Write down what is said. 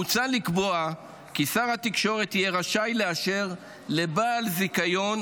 מוצע לקבוע כי שר התקשורת יהיה רשאי לאשר לבעל זיכיון